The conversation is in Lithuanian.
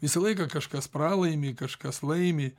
visą laiką kažkas pralaimi kažkas laimi